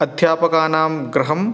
अध्यापकानां गृहं